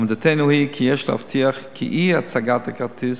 עמדתנו היא שיש להבטיח כי אי-הצגת הכרטיס